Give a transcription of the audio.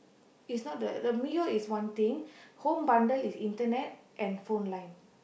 it's not the the Mio is one thing home bundle is internet and phone line